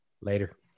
Later